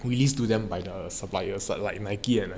release to their supplier like Nike and Adidas